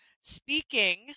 Speaking